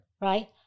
Right